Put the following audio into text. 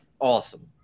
Awesome